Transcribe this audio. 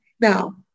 now